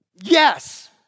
yes